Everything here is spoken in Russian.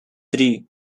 три